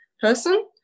person